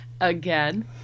again